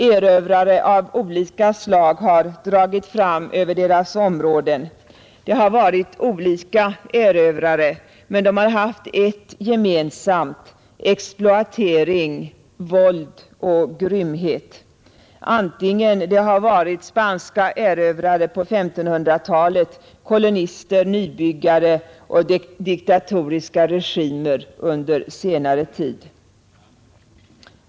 Erövrare av olika slag har dragit fram över deras områden. Det har varit olika erövrare, men antingen det har varit spanska erövrare på 1500-talet, kolonister, nybyggare eller diktatoriska regimer under senare tid har de haft ett gemensamt : exploatering, våld och grymhet.